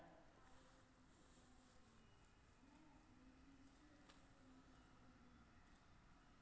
पहिने आफिसमे जा कए कोनो बेकती के अपन जीवन प्रमाण पत्र जमा कराबै परै रहय